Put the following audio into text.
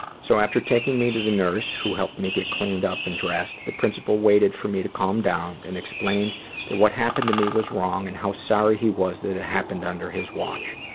so after taking me to the nurse who helped me get cleaned up and dressed, the principal waited for me to calm down and explained that what happened to me was wrong and how sorry he was that it had happened under his watch.